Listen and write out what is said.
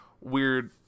weird